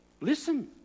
listen